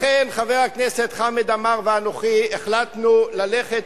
לכן חבר הכנסת חמד עמאר ואנוכי החלטנו ללכת